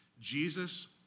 Jesus